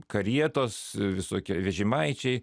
karietos visokie vežimaičiai